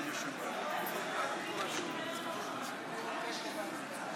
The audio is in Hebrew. מכיוון שיש שתי הצעות חוק,